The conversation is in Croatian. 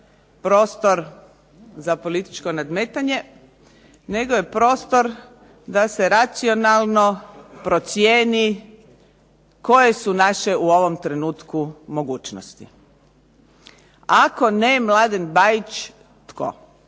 prostor za političko nadmetanje nego je prostor da se racionalno procijeni koje su naše u ovom trenutku mogućnosti. Ako ne Mladen Bajić, tko?